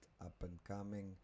up-and-coming